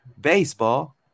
baseball